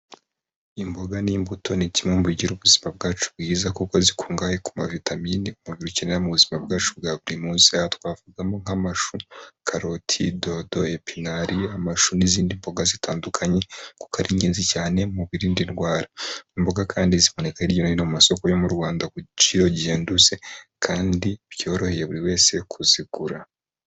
Imboga n'imbuto ni kimwe mu bigira ubuzima bwacu bwiza kuko zikungahaye ku mavitamini umubiri ukenera mu buzima bwacu bwa buri munsi. Aha twavugamo nk'amashu, karoti, dodo, epinari, amashu n'izindi mboga zitandukanye kuko ari ingenzi cyane mu birinda indwara. Imboga kandi ziboneka hirya no hino mu masoko yo mu Rwanda ku giciro gihendutse kandi byoroheye buri wese kuzigura.